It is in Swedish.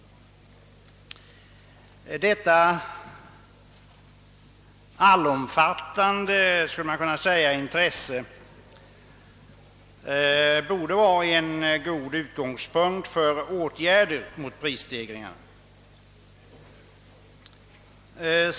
Detta »allomfattande» intresse borde vara en god utgångspunkt för åtgärder mot prisstegringar.